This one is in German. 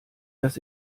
das